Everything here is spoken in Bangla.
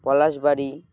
পলাশবাড়ি